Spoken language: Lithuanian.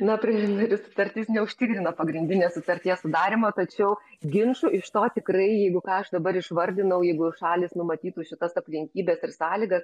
na preliminari sutartis neužtikrina pagrindinės sutarties sudarymo tačiau ginčų iš to tikrai jeigu ką aš dabar išvardinau jeigu šalys numatytų šitas aplinkybes ir sąlygas